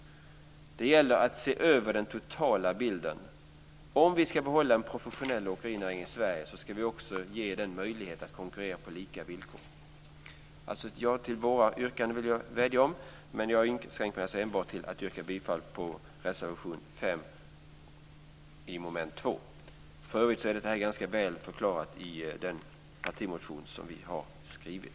Det gäller att se över den totala bilden. Om vi ska behålla en professionell åkerinäring i Sverige ska vi också ge den möjlighet att konkurrera på lika villkor. Jag vill alltså vädja om ett ja till våra yrkanden, men jag inskränker mig till att yrka bifall enbart till reservation 5 under mom. 2. För övrigt är detta ganska väl förklarat i den partimotion som vi har skrivit.